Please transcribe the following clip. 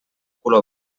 color